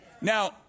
Now